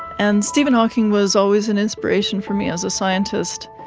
and stephen hawking was always an inspiration for me as a scientist,